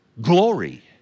glory